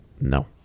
No